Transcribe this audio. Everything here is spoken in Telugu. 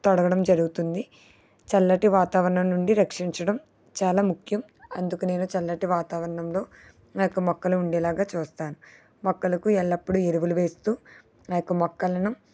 తొడగడం జరుగుతుంది చల్లటి వాతావరణం నుండి రక్షించడం చాలా ముఖ్యం అందుకు నేను చల్లటి వాతావరణంలో నాకు మొక్కలు ఉండేలాగా చూస్తాను మొక్కలకు ఎల్లప్పుడు ఎరువులు వేస్తు ఆ యొక్క మొక్కలను